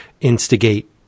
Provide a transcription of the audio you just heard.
instigate